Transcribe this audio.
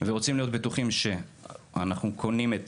רוצים להיות בטוחים שאנחנו קונים את